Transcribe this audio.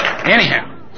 Anyhow